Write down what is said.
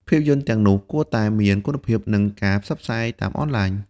ភាពយន្តទាំងនោះគួរតែមានគុណភាព និងការផ្សព្វផ្សាយតាមអនឡាញ។